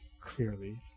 clearly